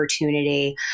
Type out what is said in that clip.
opportunity